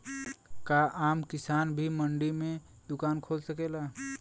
का आम किसान भी मंडी में दुकान खोल सकेला?